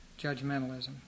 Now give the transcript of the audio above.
judgmentalism